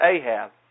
Ahab